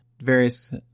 various